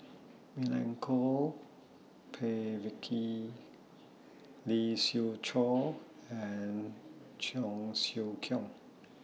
Milenko Prvacki Lee Siew Choh and Cheong Siew Keong